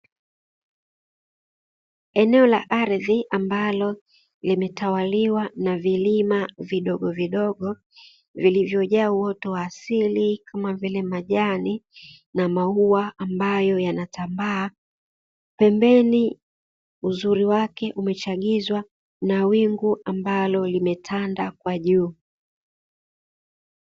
Eneo la ardhi ambalo limetawaliwa na vilima vidogovidogo, vilivyojaa uoto wa asili kama vile majani na maua ambayo yanatambaa, pembeni uzuri wake umechagizwa na wingu ambalo limetanda kwa juu.